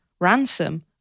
Ransom